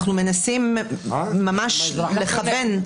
אנחנו מנסים ממש לכוון.